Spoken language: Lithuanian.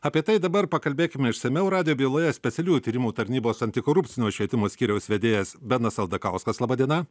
apie tai dabar pakalbėkime išsamiau radijo byloje specialiųjų tyrimų tarnybos antikorupcinio švietimo skyriaus vedėjas benas aldakauskas laba diena